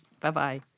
Bye-bye